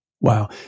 Wow